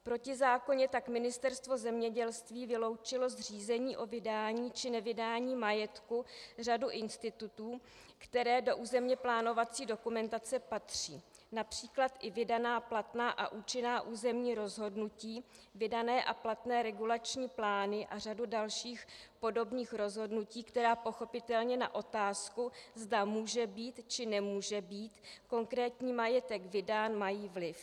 Protizákonně tak Ministerstvo zemědělství vyloučilo z řízení o vydání či nevydání majetku řadu institutů, které do územně plánovací dokumentace patří, např. i vydaná platná a účinná územní rozhodnutí, vydané a platné regulační plány a řadu dalších podobných rozhodnutí, která pochopitelně na otázku, zda může být, či nemůže být konkrétní majetek vydán, mají vliv.